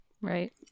Right